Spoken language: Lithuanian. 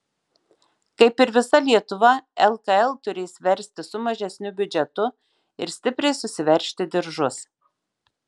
kaip ir visa lietuva lkl turės verstis su mažesniu biudžetu ir stipriai susiveržti diržus